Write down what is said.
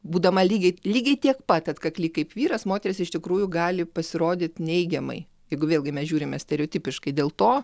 būdama lygiai lygiai tiek pat atkakli kaip vyras moteris iš tikrųjų gali pasirodyt neigiamai jeigu vėlgi mes žiūrime stereotipiškai dėl to